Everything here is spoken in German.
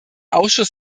ausschuss